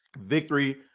victory